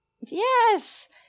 Yes